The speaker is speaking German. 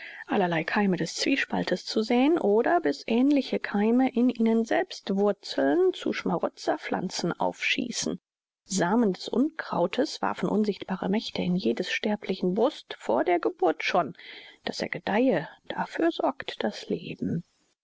allerlei keime des zwiespaltes zu säen oder bis ähnliche keime in ihnen selbst wurzelnd zu schmarotzerpflanzen aufschießen samen des unkrautes warfen unsichtbare mächte in jedes sterblichen brust vor der geburt schon daß er gedeihe dafür sorgt das leben